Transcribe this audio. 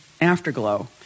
Afterglow